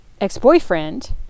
ex-boyfriend